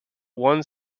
one